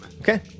Okay